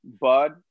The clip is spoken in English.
bud